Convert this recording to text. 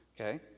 okay